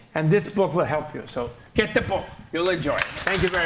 and this book will help you. so get the book. you'll enjoy it.